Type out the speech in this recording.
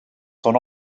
son